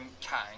Kang